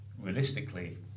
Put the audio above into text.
realistically